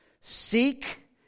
Seek